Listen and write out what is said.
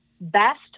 best